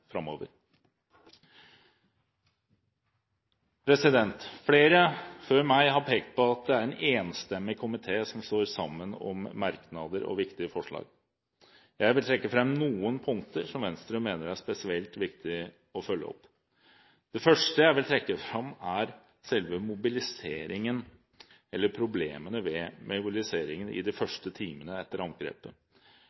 framover. Flere før meg har pekt på at det er en enstemmig komité som står sammen om merknader og viktige forslag. Jeg vil trekke fram noen punkter som Venstre mener er spesielt viktige å følge opp. Det første jeg vil trekke fram, er selve mobiliseringen – eller problemene ved mobiliseringen – i de